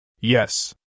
Yes